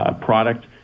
product